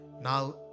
Now